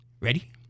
Ready